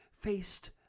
faced